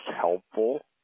helpful